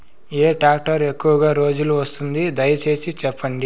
ఏ tractor ఎక్కువగా రోజులు వస్తుంది, దయసేసి చెప్పండి?